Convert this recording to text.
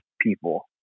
people